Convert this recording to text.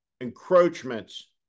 encroachments